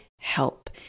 help